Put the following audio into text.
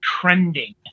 trending